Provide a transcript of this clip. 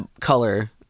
color